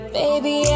baby